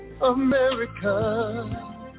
America